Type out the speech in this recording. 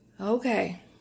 Okay